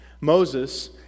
Moses